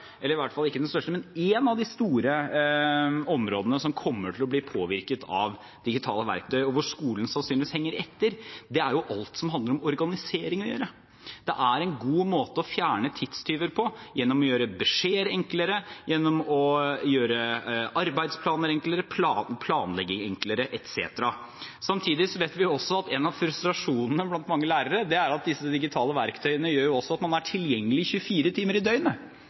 av de store områdene som kommer til å bli påvirket av digitale verktøy, og hvor skolen sannsynligvis vil henge etter, er det som handler om organisering. En god måte å fjerne tidstyver på er å gjøre beskjeder enklere, gjøre arbeidsplaner enklere, gjøre planlegging enklere etc. Samtidig vet vi at en av frustrasjonene blant mange lærere er at de digitale verktøyene gjør at man er tilgjengelig 24 timer i døgnet.